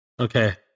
Okay